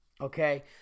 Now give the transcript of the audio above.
Okay